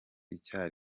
icya